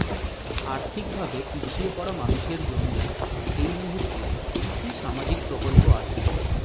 আর্থিক ভাবে পিছিয়ে পড়া মানুষের জন্য এই মুহূর্তে কি কি সামাজিক প্রকল্প আছে?